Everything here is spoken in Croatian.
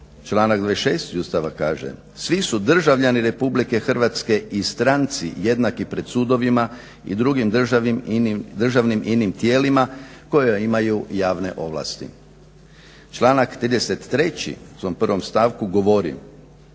Članak 26. Ustava kaže: "Svi su državljani Republike Hrvatske i stranci jednaki pred sudovima i drugim državnim inim tijelima koje imaju javne ovlasti. Članak 33. u svom prvom stavku govori: